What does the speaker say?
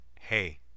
hey